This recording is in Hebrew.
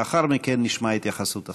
לאחר מכן נשמע את התייחסות השר.